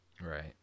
Right